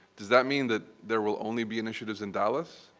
does that mean that there will only be initiatives in dallas?